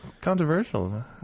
controversial